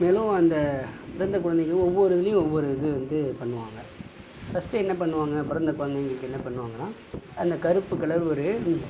மேலும் அந்த பிறந்த குழந்தைகளும் ஒவ்வொரு இதுலேயும் ஒவ்வொரு இது வந்து பண்ணுவாங்க ஃபஸ்ட்டு என்ன பண்ணுவாங்க பிறந்த குழந்தைகளுக்கு என்ன பண்ணுவாங்கனா அந்த கருப்பு கலர் ஒரு